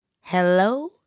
Hello